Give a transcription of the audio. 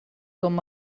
com